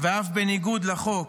ואף בניגוד לחוק,